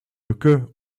mücke